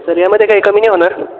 sir यामध्ये काय कमी नाही होणार